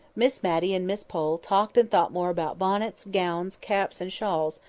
miss matty and miss pole talked and thought more about bonnets, gowns, caps, and shawls,